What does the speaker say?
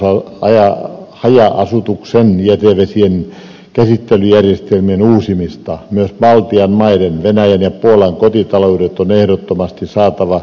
valtion pitääkin tukea haja asutusalueiden jätevesien käsittelyjärjestelmien uusimista myös baltian maiden venäjän ja puolan kotitaloudet on ehdottomasti saatava jätevesien käsittelyjärjestelmän piiriin